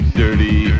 dirty